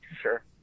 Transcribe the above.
sure